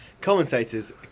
commentator's